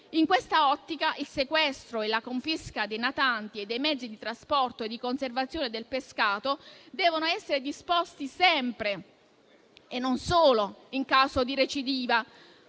In questa ottica, il sequestro e la confisca di natanti e dei mezzi di trasporto e di conservazione del pescato devono essere disposti sempre e non solo in caso di recidiva.